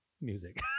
music